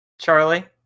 Charlie